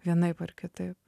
vienaip ar kitaip